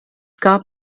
gab